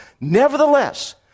nevertheless